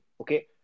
okay